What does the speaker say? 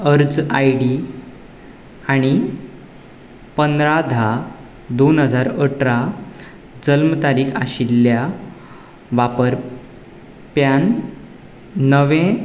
अर्ज आयडी आन पंदरा धा दोन हजार अठरा जल्म तारीक आशिल्ल्या वापरप्यान नवें